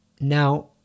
Now